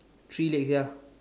three legs ya